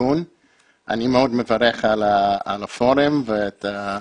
מברך על הפורום ומה